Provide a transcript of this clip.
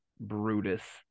Brutus